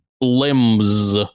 limbs